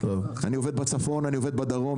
אני עובד בצפון, בדרום.